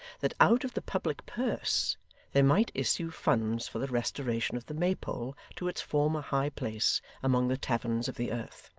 that out of the public purse there might issue funds for the restoration of the maypole to its former high place among the taverns of the earth.